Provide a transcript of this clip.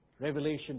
Revelation